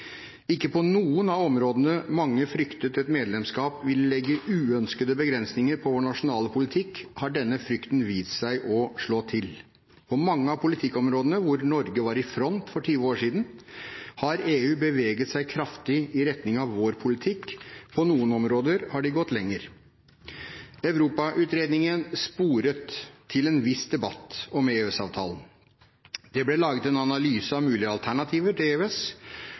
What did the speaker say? Ikke på noen av områdene der mange fryktet at et medlemskap ville legge uønskede begrensninger på vår nasjonale politikk, har denne frykten vist seg å slå til. På mange av politikkområdene hvor Norge var i front for 20 år siden, har EU beveget seg kraftig i retning av vår politikk. På noen områder har de gått lenger. Europautredningen sporet til en viss debatt om EØS-avtalen. Det ble laget en analyse av mulige alternativer til EØS.